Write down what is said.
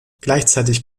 gleichzeitig